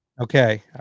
okay